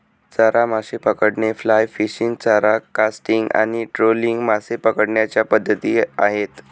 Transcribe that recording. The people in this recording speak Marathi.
चारा मासे पकडणे, फ्लाय फिशिंग, चारा कास्टिंग आणि ट्रोलिंग मासे पकडण्याच्या पद्धती आहेत